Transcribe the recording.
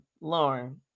Lauren